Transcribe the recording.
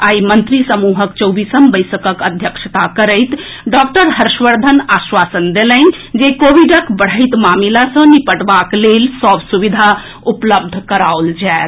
आई मंत्री समूहक चौबीसम बैसकक अध्यक्षता करैत डॉक्टर हर्षवर्धन आश्वासन देलनि जे कोविडक बढ़ैत मामिला सँ निपटबाक लेल सभ सुविधा उपलब्ध कराओल जाएत